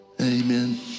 Amen